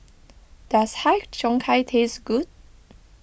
does Har Cheong Gai taste good